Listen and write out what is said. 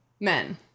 men